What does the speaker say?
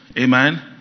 Amen